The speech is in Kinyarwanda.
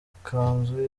ikanzu